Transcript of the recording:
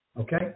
Okay